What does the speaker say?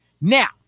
Now